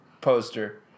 poster